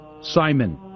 Simon